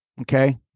okay